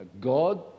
God